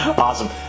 Awesome